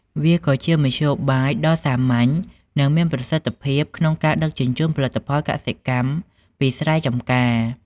វាក៏ជាមធ្យោបាយដ៏សាមញ្ញនិងមានប្រសិទ្ធភាពក្នុងការដឹកជញ្ជូនផលិតផលកសិកម្មពីស្រែចម្ការ។